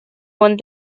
one